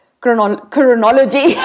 Chronology